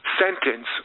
sentence